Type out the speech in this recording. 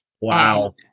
Wow